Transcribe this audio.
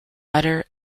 utter